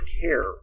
care